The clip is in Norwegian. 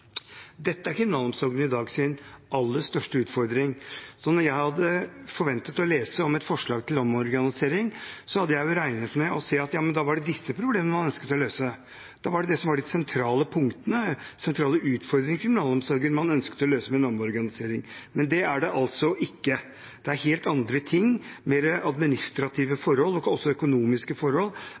et forslag til omorganisering, var at det var disse problemene man ønsket å løse – da var det det som var de sentrale punktene, sentrale utfordringene, i kriminalomsorgen man ønsket å løse med en omorganisering. Men det er det altså ikke. Det er helt andre ting, mer administrative forhold, også økonomiske forhold,